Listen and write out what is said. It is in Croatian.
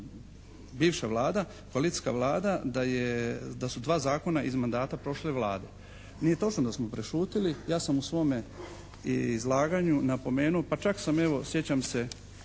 bivša Vlada, koalicijska Vlada da su dva zakona iz mandata prošle Vlade. Nije točno da smo prešutjeli. Ja sam u svome izlaganju napomenuo, pa čak sam evo sjećam se